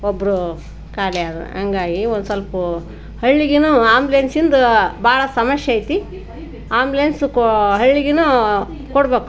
ಒಬ್ಬರು ಖಾಲಿ ಆದರೂ ಹಾಗಾಗಿ ಒಂದು ಸ್ವಲ್ಪ ಹಳ್ಳಿಗಿನ್ನೂ ಆ್ಯಂಬುಲೆನ್ಸಿಂದು ಬಹಳ ಸಮಸ್ಯೆ ಐತಿ ಆ್ಯಂಬುಲೆನ್ಸು ಕೊ ಹಳ್ಳಿಗಿನ್ನೂ ಕೊಡ್ಬೇಕು